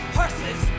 horses